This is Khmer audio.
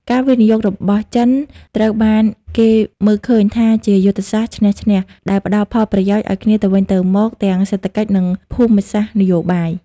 ការវិនិយោគរបស់ចិនត្រូវបានគេមើលឃើញថាជាយុទ្ធសាស្ត្រ "ឈ្នះ-ឈ្នះ" ដែលផ្ដល់ផលប្រយោជន៍ឱ្យគ្នាទៅវិញទៅមកទាំងសេដ្ឋកិច្ច និងភូមិសាស្ត្រនយោបាយ។